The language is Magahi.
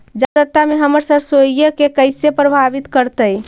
जादा आद्रता में हमर सरसोईय के कैसे प्रभावित करतई?